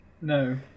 No